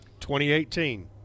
2018